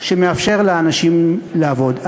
שמאפשר לאנשים לעבוד.